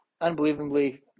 unbelievably